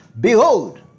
Behold